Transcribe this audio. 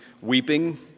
weeping